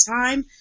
time